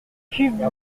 pubs